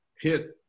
hit